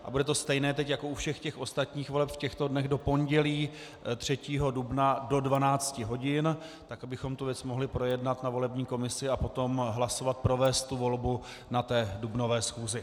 A bude to stejné teď jako u všech těch ostatních voleb v těchto dnech do pondělí 3. dubna do 12 hodin, tak abychom tu věc mohli projednat na volební komisi a potom hlasovat, provést volbu na té dubnové schůzi.